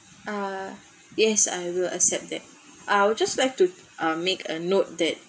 ah yes I will accept that I will just like to uh make a note that